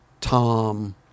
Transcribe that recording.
Tom